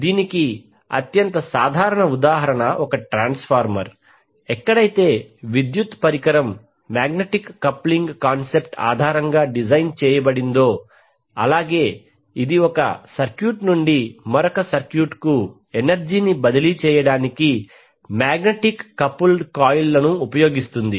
దీనికి అత్యంత సాధారణ ఉదాహరణ ట్రాన్స్ఫార్మర్ ఎక్కడైతే విద్యుత్ పరికరం మాగ్నెటిక్ కప్లింగ్ కాన్సెప్ట్ ఆధారంగా డిజైన్ చేయబడిందో అలాగే ఇది ఒక సర్క్యూట్ నుండి మరొక సర్క్యూట్కు ఎనర్జీ ని బదిలీ చేయడానికి మాగ్నెటిక్ కపుల్డ్ కాయిల్ లను ఉపయోగిస్తుంది